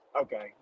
Okay